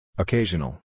Occasional